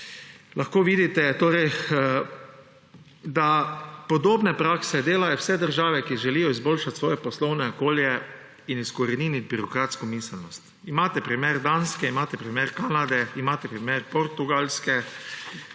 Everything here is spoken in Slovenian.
lahko vidite, da podobne prakse delajo vse države, ki želijo izboljšati svoje poslovno okolje in izkoreniniti birokratsko miselnost. Imate primer Danske, imate primer Kanade, imate primer Portugalske